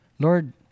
Lord